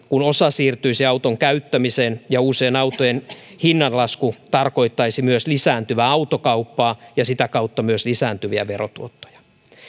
kun osa siirtyisi auton käyttämiseen ja uusien autojen hinnan lasku tarkoittaisi myös lisääntyvää autokauppaa ja sitä kautta myös lisääntyviä verotuottoja